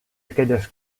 aquelles